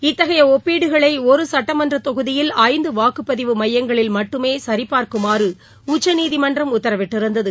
இத்தகைய ஒப்பீடுகளை ஒரு சட்டமன்ற தொகுதியில் ஐந்து வாக்குப்பதிவு மையங்களில் மட்டுமே சரி பார்க்குமாறு உச்சநீதிமன்றம் உத்தரவிட்டிருந்தது